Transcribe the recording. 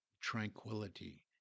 Tranquility